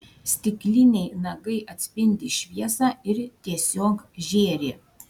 stikliniai nagai atspindi šviesą ir tiesiog žėri